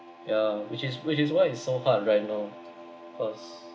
ya which is which is why it's so hard right now first